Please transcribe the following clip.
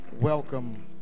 welcome